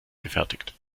gefertigt